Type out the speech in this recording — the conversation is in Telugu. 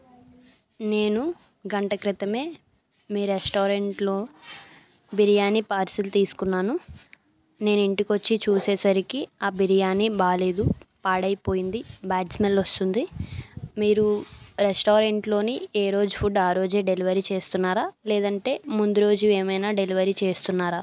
నేను గంట క్రితం మీ రెస్టారెంట్లో బిర్యానీ పార్సిల్ తీసుకున్నాను నేను ఇంటికి వచ్చి చూసేసరికి ఆ బిర్యానీ బాగలేదు పాడైపోయింది బ్యాడ్ స్మెల్ వస్తుంది మీరు రెస్టారెంట్లో ఏ రోజు ఫుడ్ ఆ రోజే డెలివరీ చేస్తున్నారా లేదంటే ముందురోజుది ఏమన్న డెలివరీ చేస్తున్నారా